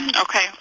Okay